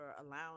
allowing